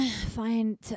fine